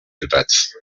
ciutats